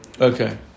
Okay